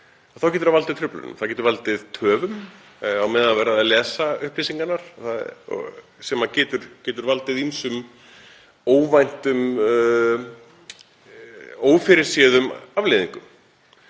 þá getur það valdið truflunum. Það getur valdið töfum á meðan verið að lesa upplýsingarnar sem getur valdið ýmsum óvæntum og ófyrirséðum afleiðingum.